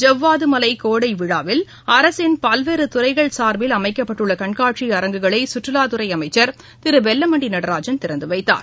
ஜவ்வாது மலை கோடை விழாவில் அரசின் பல்வேறு துறைகள் சார்பில் அமைக்கப்பட்டுள்ள கண்காட்சி அரங்குகளை சுற்றுலாத் துறை அமைச்சர் திரு வெல்லமண்டி நடராஜன் திறந்துவைத்தார்